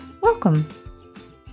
Welcome